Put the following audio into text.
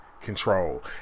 control